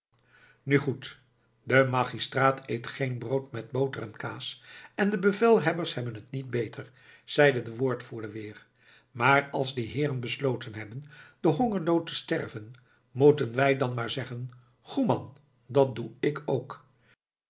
nu goed de magistraat eet geen brood met boter en kaas en de bevelhebbers hebben het niet beter zeide de woordvoerder weer maar als die heeren besloten hebben den hongerdood te sterven moeten wij dan maar zeggen goê man dat doe ik ook